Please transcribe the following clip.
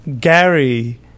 Gary